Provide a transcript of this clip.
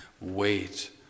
Wait